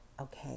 okay